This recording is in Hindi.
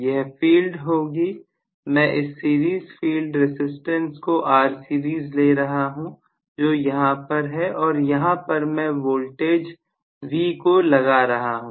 यह फील्ड होगी मैं इस सीरीज फील्ड रेसिस्टेंस को Rseries ले रहा हूं जो यहां पर है और यहां पर मैं V वोल्टेज को लगा रहा हूं